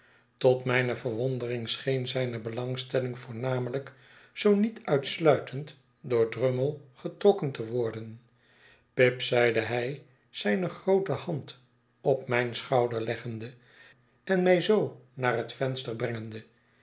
tot mijne verwondering scheen zijne belangstelling voornamelijk zoo niet uitsluitend door drummle getrokken te worden pip zeide hij zijne groote hand op mijn schouder leggende en mij zoo naar het venster